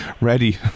ready